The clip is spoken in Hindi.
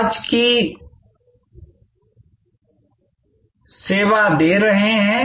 आज किन्हे सेवा दे रहे हैं